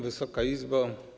Wysoka Izbo!